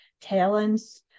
talents